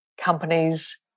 companies